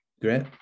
great